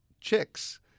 chicks